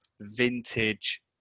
vintage